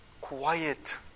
quiet